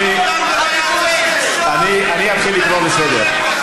אני אתחיל לקרוא לסדר.